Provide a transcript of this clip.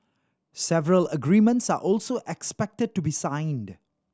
several agreements are also expected to be signed